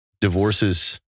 divorces